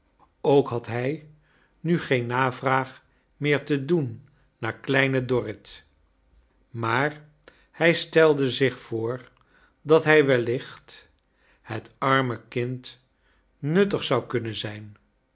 ook had hij nu geen navraag meer te doen naar kleine dorrit maar hij stelde zich voor dat hij wellicht het arme kind nuttig zou kunnen zijn